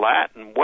Latin